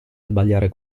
sbagliare